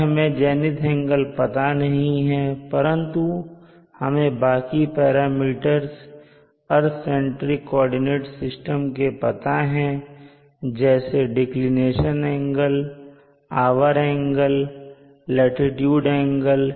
पर हमें zenith angle पता नहीं है परंतु हमें बाकी parameters earth centric coordinate system के पता है जैसे डिक्लिनेशन एंगल आवर एंगल और लाटीट्यूड एंगल